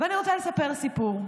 אני רוצה לספר סיפור.